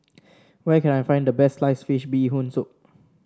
where can I find the best slice fish Bee Hoon Soup